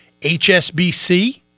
HSBC